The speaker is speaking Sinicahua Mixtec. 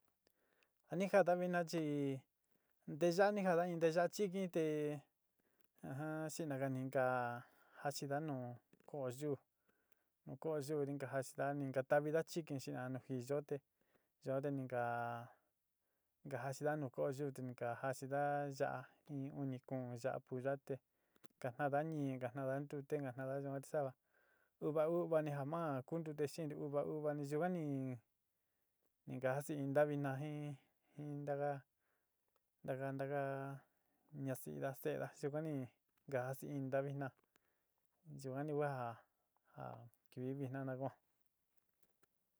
Ja ni jatna vina chi nteyaáni jaana in nteeyaá chɨki te aja xinaga ni ka jaxina nu koyú, nu koyú ni ka jaxina ni ka ta'avina chɨki chi a ni jiiyo ye yuan te ni ka jaxina un koyú te ni ka jaxina yaá uni kuún yaá puya te ka tagda nií ni ka tagda ntute ni ka tagda yuan te sava uva úvani ja maa ku ntute xeén chi uva uvani ja ma ku ntute xeén ni uva uvani yuvani ni ka jasiínta vina jin jintaka ntaka ntaka ñasi'ída se'eda yuka ni ka jasiintna vina yuan ni ku ja ja kivi vitna na ko.